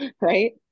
right